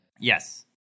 yes